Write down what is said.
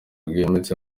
bwimbitse